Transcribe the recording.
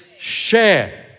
share